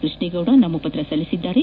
ಕೃಷ್ಷೇಗೌಡ ನಾಮಪತ್ರ ಸಲ್ಲಿಸಿದ್ದಾರೆ